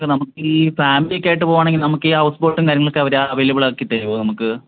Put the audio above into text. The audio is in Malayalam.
അത് നമുക്ക് ഈ ഫാമിലിയൊക്കെയായിട്ട് പോവുകയാണെങ്കിൽ നമുക്ക് ഈ ഹൗസ് ബോട്ടും കാര്യങ്ങളുമൊക്കെ അവർ അവൈലബിൾ ആക്കി തരുമോ നമുക്ക്